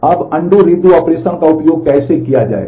अब undo redo operation का उपयोग कैसे किया जाएगा